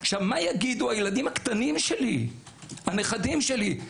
מה יגידו הילדים הקטנים שלי, הנכדים שלי?